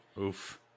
Oof